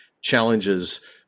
challenges